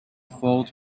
ford